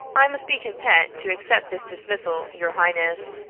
i must be content to accept this dismissal, your highness.